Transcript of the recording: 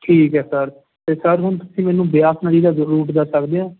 ਠੀਕ ਹੈ ਸਰ ਅਤੇ ਸਰ ਹੁਣ ਤੁਸੀਂ ਮੈਨੂੰ ਬਿਆਸ ਨਦੀ ਦਾ ਰੂਟ ਦੱਸ ਸਕਦੇ ਹੋ